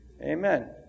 Amen